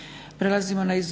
Hvala vam